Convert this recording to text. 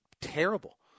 terrible